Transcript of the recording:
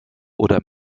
oder